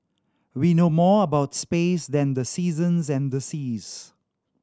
we know more about space than the seasons and the seas